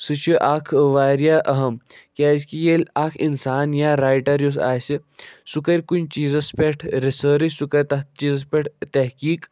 سُہ چھُ اَکھ واریاہ اَہَم کیٛازِکہِ ییٚلہِ اَکھ اِنسان یا رایٹَر یُس آسہِ سُہ کَرِ کُنہِ چیٖزَس پٮ۪ٹھ رِسٲرٕچ سُہ کَرِ تَتھ چیٖزَس پٮ۪ٹھ تحقیٖق